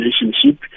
relationship